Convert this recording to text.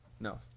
No